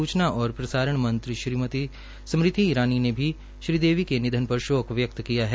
सुचना और प्रसारण मंत्री स्मृति इरानी ने भी श्रीदेवी के निधन पर शोक व्यक्त किया है